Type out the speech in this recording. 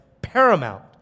Paramount